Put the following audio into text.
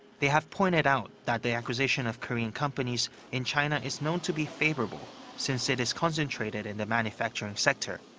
they have pointed out that the acquisition of korean companies in china is known to be favorable since it is concentrated in the manufacturing sector,